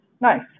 Nice